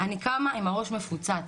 אני קמה עם הראש מפוצץ.